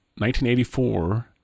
1984